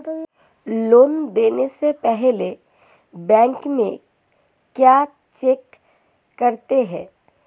Loan देने से पहले बैंक में क्या चेक करते हैं?